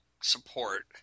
support